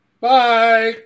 Bye